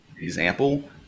example